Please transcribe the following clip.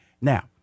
Now